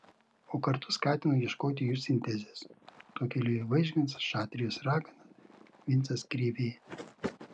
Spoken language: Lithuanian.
o kartu skatino ieškoti jų sintezės tuo keliu ėjo vaižgantas šatrijos ragana vincas krėvė